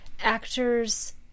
actors